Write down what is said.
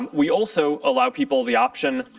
um we also allow people the option.